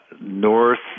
north